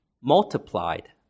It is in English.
multiplied